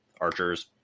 archer's